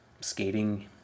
skating